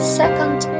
second